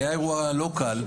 היה אירוע לא קל,